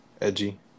edgy